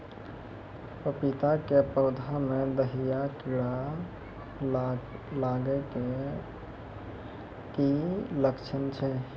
पपीता के पौधा मे दहिया कीड़ा लागे के की लक्छण छै?